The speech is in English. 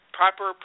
proper